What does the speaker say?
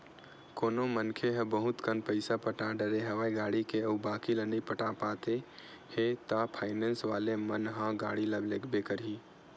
कोनो मनखे ह बहुत कन पइसा पटा डरे हवे गाड़ी के अउ बाकी ल नइ पटा पाते हे ता फायनेंस वाले मन ह गाड़ी ल लेगबे करही